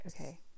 okay